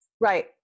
Right